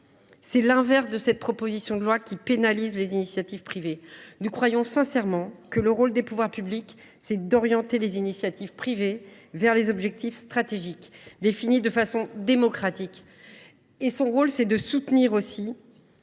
C’est l’inverse de ce que proposent les auteurs de ce texte, qui pénalise les initiatives privées. Nous croyons sincèrement que le rôle des pouvoirs publics est d’orienter les initiatives privées vers des objectifs stratégiques définis de façon démocratique, mais aussi de soutenir ces